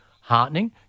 heartening